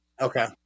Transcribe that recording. okay